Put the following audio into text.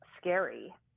scary